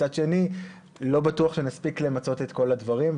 מצד שני לא בטוח שנספיק למצות את כל הדברים.